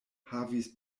havis